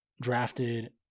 drafted